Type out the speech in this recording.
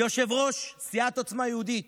יושב-ראש מפלגת עוצמה יהודית